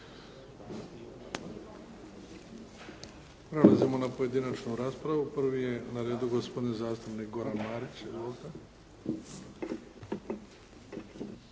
Prelazimo na pojedinačnu raspravu. Prvi je na redu gospodin zastupnik Goran Marić.